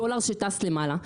דולר שטס למעלה,